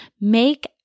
Make